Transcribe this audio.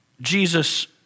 Jesus